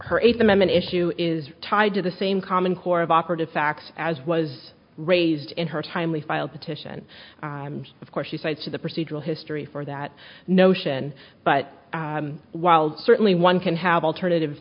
her eighth amendment issue is tied to the same common core of operative facts as was raised in her timely filed petition of course she cites the procedural history for that notion but wild certainly one can have alternative